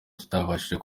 tutabashije